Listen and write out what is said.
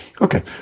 Okay